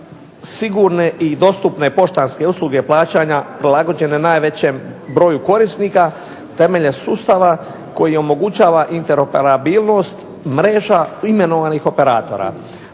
sigurne i dostupne poštanske usluge plaćanja prilagođene najvećem broju korisnika temeljem sustava koji omogućava inter operabilnost mreža imenovanih operatora.